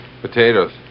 Potatoes